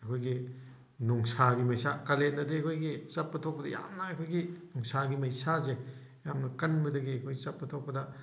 ꯑꯩꯈꯣꯏꯒꯤ ꯅꯨꯡꯁꯥꯒꯤ ꯃꯩꯁꯥ ꯀꯥꯂꯦꯟꯗꯗꯤ ꯑꯩꯈꯣꯏꯒꯤ ꯆꯠꯄ ꯊꯣꯛꯄꯗ ꯌꯥꯝꯅ ꯑꯩꯈꯣꯏꯒꯤ ꯅꯨꯡꯁꯥꯒꯤ ꯃꯩꯁꯥꯁꯦ ꯌꯥꯝꯅ ꯀꯟꯕꯗꯒꯤ ꯑꯩꯈꯣꯏꯒꯤ ꯆꯠꯄ ꯊꯣꯛꯄꯗ